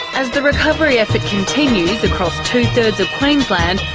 as the recovery effort continues across two-thirds of queensland,